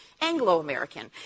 Anglo-American